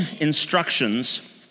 instructions